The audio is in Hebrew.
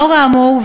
לאור האמור,